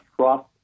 trust